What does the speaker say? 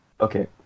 Okay